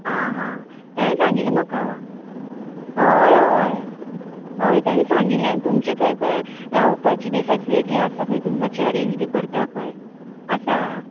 आं हां ताणें सांगिल्लें म्हाका होय होय होय तेणें सांगिल्लें आनी तुमचे थंय खंय रावपाची बी फेसिलीटी आसा खंय तुमी मात्शी अरेंज बी करता खंय आसा